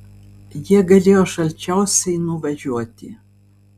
jie galėjo šalčiausiai nuvažiuoti